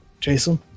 Jason